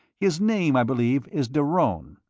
his name, i believe, is deronne.